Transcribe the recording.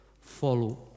follow